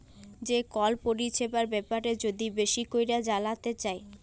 যে কল পরিছেবার ব্যাপারে যদি বেশি ক্যইরে জালতে চায়